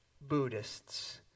Buddhists